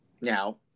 now